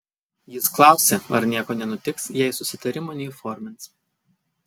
jis klausė ar nieko nenutiks jei susitarimo neįformins